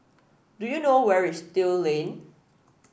do you know where is Still Lane